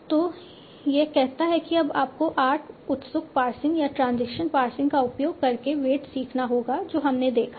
तो यह कहता है कि अब आपको आर्क उत्सुक पार्सिंग या ट्रांजिशन पार्सिंग का उपयोग करके वेट्स सीखना होगा जो हमने देखा है